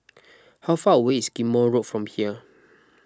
how far away is Ghim Moh Road from here